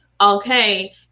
Okay